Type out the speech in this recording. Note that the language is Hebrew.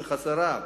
שחסרה,